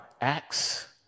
acts